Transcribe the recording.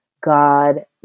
God